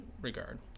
regard